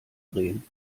drehen